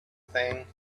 thing